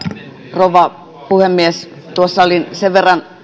rouva puhemies tuossa olin sen verran